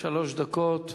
שלוש דקות.